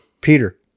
Peter